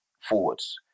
forwards